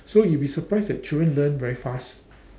so you will be surprised that children learn very fast